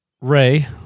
Ray